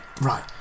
Right